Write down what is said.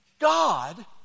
God